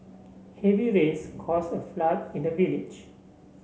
heavy rains cause a flood in the village